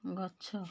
ଗଛ